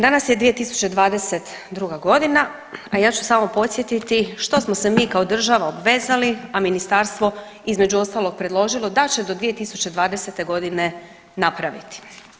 Danas je 2022. godina, a ja ću samo podsjetiti što smo se mi kao država obvezali, a ministarstvo između ostalog predložilo da će do 2020. godine napraviti.